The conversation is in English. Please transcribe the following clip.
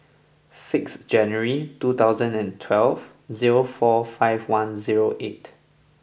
sixth January two thousand and twelve zero four five one zero eight